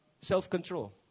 self-control